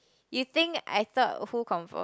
you think I thought who confirm